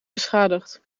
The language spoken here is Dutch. beschadigd